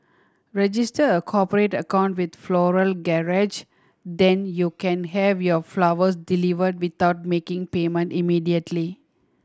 register a cooperate account with Floral Garage then you can have your flowers deliver without making payment immediately